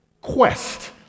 quest